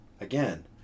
again